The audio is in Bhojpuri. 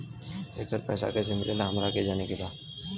येकर पैसा कैसे मिलेला हमरा के जाने के बा?